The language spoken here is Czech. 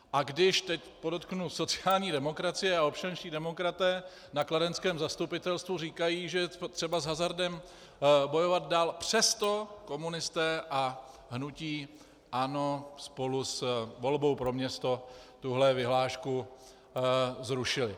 A když, teď podotknu, sociální demokracie a občanští demokraté na kladenském zastupitelstvu říkají, že je třeba s hazardem bojovat dál, přesto komunisté a hnutí ANO spolu s Volbou pro město tuhle vyhlášku zrušily.